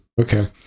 Okay